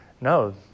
No